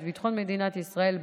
ביטחון מדינת ישראל,